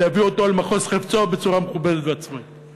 להביא אותו אל מחוז חפצו בצורה מכובדת ועצמאית.